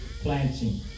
planting